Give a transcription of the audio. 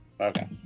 Okay